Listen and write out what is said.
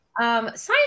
Science